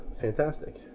Fantastic